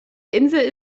insel